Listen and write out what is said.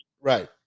Right